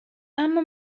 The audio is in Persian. اما